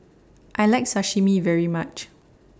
I like Sashimi very much